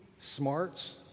smarts